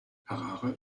harare